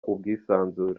ubwisanzure